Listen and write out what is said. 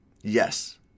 Yes